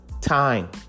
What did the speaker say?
time